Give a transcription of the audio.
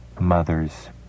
mothers